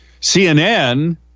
CNN